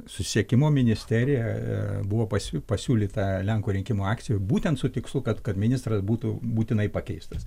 susisiekimo ministerija buvo pasiū pasiūlyta lenkų rinkimų akcijoj būtent su tikslu kad kad ministras būtų būtinai pakeistas